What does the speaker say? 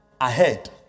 ahead